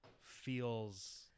feels